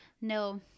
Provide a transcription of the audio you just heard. No